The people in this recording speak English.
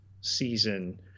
season